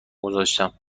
گذاشتم